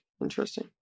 Interesting